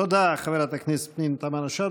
תודה, חברת הכנסת פנינה תמנו שטה.